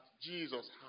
Jesus